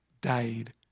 died